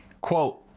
Quote